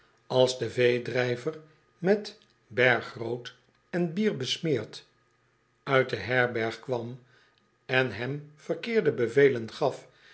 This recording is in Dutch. als de veedrijver met bergrood en bier besmeerd uit de herberg kwam en hem verkeerde bevelen gaf